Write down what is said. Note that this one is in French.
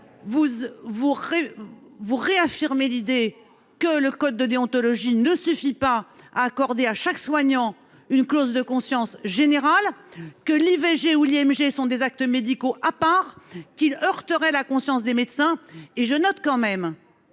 vous réaffirmez l'idée selon laquelle le code de déontologie ne suffirait pas à accorder à chaque soignant une clause de conscience générale, et que l'IVG et l'IMG seraient des actes médicaux à part qui heurteraient la conscience des médecins. Je note, en me